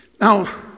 Now